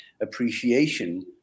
appreciation